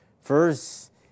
First